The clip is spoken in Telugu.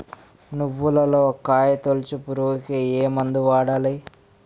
నువ్వులలో కాయ తోలుచు పురుగుకి ఏ మందు వాడాలి?